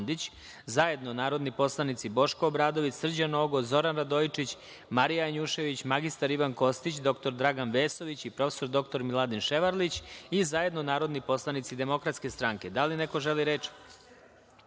zajedno narodni poslanici Boško Obradović, Srđan Nogo, Zoran Radojičić, Marija Janjušević, mr Ivan Kostić, dr Dragan Vesović i prof. dr Miladin Ševarlić i zajedno narodni poslanici DS.Da li neko želi reč? Reč